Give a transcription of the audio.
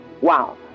wow